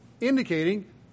indicating